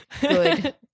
Good